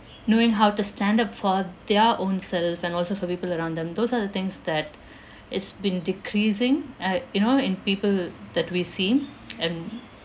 knowing how to stand up for their own self and also for people around them those are the things that has been decreasing uh you know in people that we've seen and